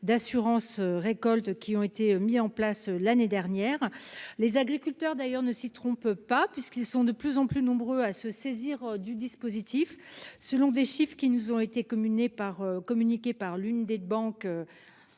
d'assurance récolte qui ont été mis en place l'année dernière. Les agriculteurs ne s'y trompent pas, puisqu'ils sont de plus en plus nombreux à se saisir de ce dispositif. Selon les chiffres communiqués par l'une des banques